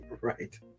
Right